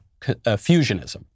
fusionism